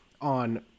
on